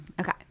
Okay